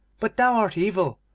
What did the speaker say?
but thou art evil,